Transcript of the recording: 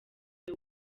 the